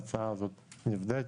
ההצעה הזאת נבדקת.